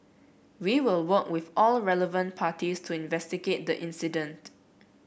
we will work with all relevant parties to investigate the incident